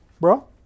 bro